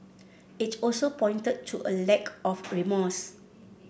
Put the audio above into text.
it also pointed to a lack of remorse